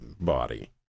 body